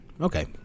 Okay